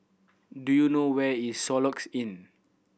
do you know where is Soluxe Inn